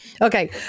Okay